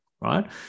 right